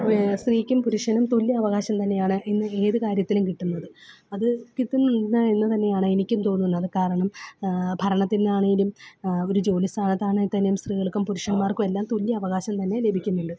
സ്ത്രീക്കും പുരുഷനും തുല്യ അവകാശം തന്നെയാണ് ഇന്ന് ഏത് കാര്യത്തിലും കിട്ടുന്നത് അത് കിട്ടുന്നുണ്ട് എന്ന് തന്നെയാണ് എനിക്കും തോന്നുന്നത് കാരണം ഭരണത്തിനാണേലും ഒരു ജോലി സ്ഥാനത്താണെങ്കിൽ തന്നെയും സ്ത്രീകൾക്കും പുരുഷന്മാർക്കും എല്ലാം തുല്യ അവകാശം തന്നെ ലഭിക്കുന്നുണ്ട്